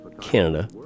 canada